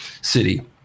city